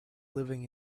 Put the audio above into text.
living